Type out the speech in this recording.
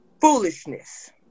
Foolishness